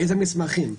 איזה מסמכים?